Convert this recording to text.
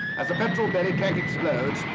as the petrol belly tank explodes,